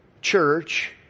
church